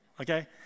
okay